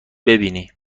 ببینی